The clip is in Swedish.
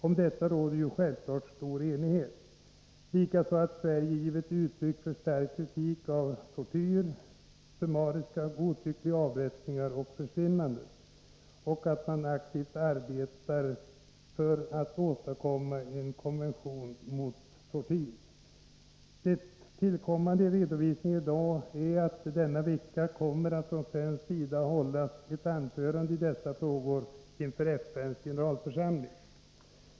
Om detta råder självfallet stor enighet, liksom beträffande att Sverige gett uttryck för stark kritik av tortyr och av summariska och godtyckliga avrättningar och försvinnanden samt aktivt arbetar för att åstadkomma en konvention mot tortyr. Det tillkommande i redovisningen i dag är att det denna vecka kommer att från svensk sida hållas ett anförande i dessa frågor inför FN:s generalförsamling.